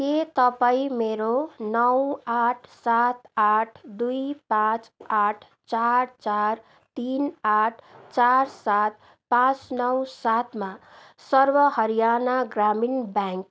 के तपाईँ मेरो नौ आठ सात आठ दुई पाँच आठ चार चार तिन आठ चार सात पाँच नौ सातमा सर्व हरियाणा ग्रामीण ब्याङ्क